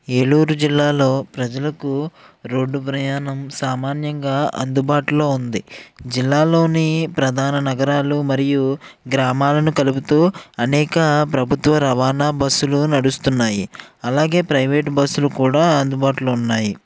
ఏలూరు జిల్లాలో ప్రజలకు రోడ్డు ప్రయాణం సామాన్యంగా అందుబాటులో ఉంది జిల్లాలోని ప్రధాన నగరాలు మరియు గ్రామాలను కలుపుతూ అనేక ప్రభుత్వ రవాణా బస్సులు నడుస్తున్నాయి అలాగే ప్రైవేటు బస్సులు కూడా అందుబాటులో ఉన్నాయి